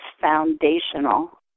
foundational